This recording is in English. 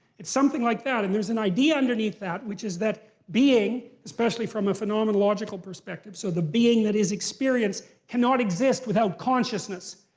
it's something like that, and there's an idea underneath that, which is that being, especially from a phenomenological perspective, so the being that is experience, can not exist without consciousness.